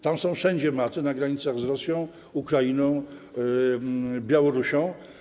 Tam są wszędzie maty - na granicach z Rosją, Ukrainą, Białorusią.